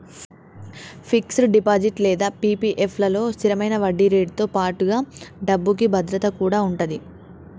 fixed deposit లేదా PPF లలో స్థిరమైన వడ్డీరేటుతో పాటుగా డబ్బుకి భద్రత కూడా ఉంటది